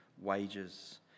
wages